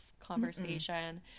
conversation